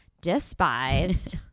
despised